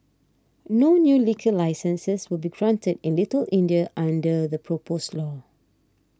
no new liquor licences will be granted in Little India under the proposed law